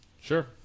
Sure